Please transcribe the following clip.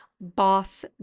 boss